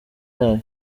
yayo